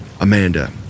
Amanda